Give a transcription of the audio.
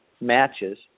matches